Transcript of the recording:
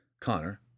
Connor